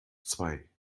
zwei